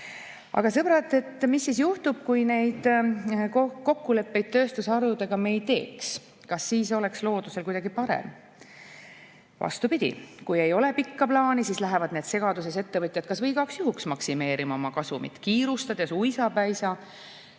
Aga, sõbrad, mis siis juhtub, kui me neid kokkuleppeid tööstusharudega ei teeks? Kas siis oleks loodusel kuidagi parem? Vastupidi, kui ei ole pikka plaani, siis lähevad need segaduses ettevõtjad kas või igaks juhuks maksimeerima oma kasumit, kiirustades ja uisapäisa.